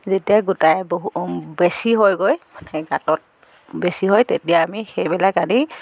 যেতিয়া গোটাই বহু বেছি হয়গৈ সেই গাঁতত বেছি হয় তেতিয়া আমি সেইবিলাক আনি